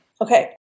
Okay